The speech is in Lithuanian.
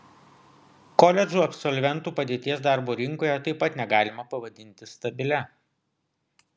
koledžų absolventų padėties darbo rinkoje taip pat negalima pavadinti stabilia